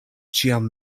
ĉiam